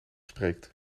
spreekt